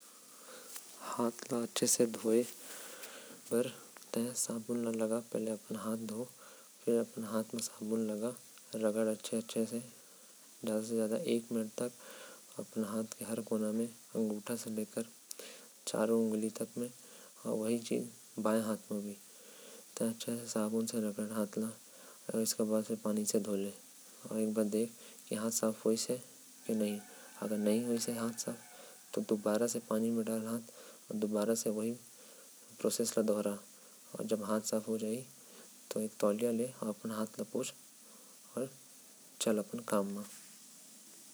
हाथ का अच्छे से धोए बार हाथ म साबुन लगा आऊ। चारों तरफ अच्छे से रगड़ आऊ ओकर। बाद दो मिनट तक हाथ का रगड़े के बाद हाथ ल पानी से धो ले। आऊ फिर नैपकिन से अपन हाथ ल पूछ ले।